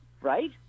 Right